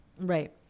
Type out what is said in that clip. right